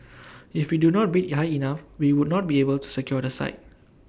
if we do not bid high enough we would not be able to secure the site